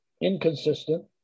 inconsistent